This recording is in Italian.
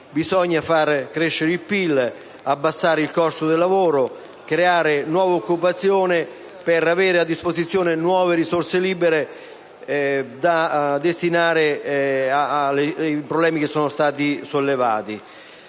Bisogna far crescere il PIL, abbassare il costo del lavoro, creare nuova occupazione, per avere a disposizione nuove risorse libere da destinare ai problemi che sono stati sollevati.